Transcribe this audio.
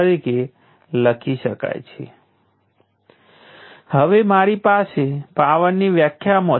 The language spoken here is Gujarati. અને તે ચોક્કસ સમય પછી આ મૂલ્ય ઉપર રહે છે